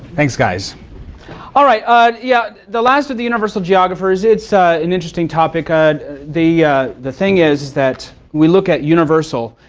thanks guys ah yeah the last of the universal geographers. it's an interesting topic. ah but the the thing is that we look at universal,